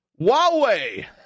Huawei